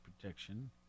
protection